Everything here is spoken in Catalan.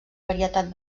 varietat